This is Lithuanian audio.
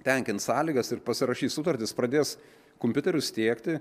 tenkins sąlygas ir pasirašys sutartis pradės kompiuterius tiekti